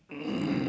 okay lah